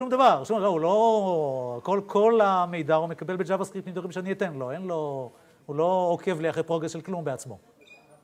שום דבר, הוא לא, כל המידע הוא מקבל בג'וויסקריפט מדברים שאני אתן לו, אין לו, הוא לא עוקב לי אחרי פרוגס של כלום בעצמו.